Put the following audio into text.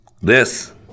This